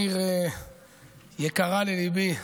היא עיר יקרה לליבי.